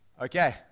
Okay